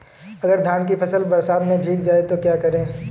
अगर धान की फसल बरसात में भीग जाए तो क्या करें?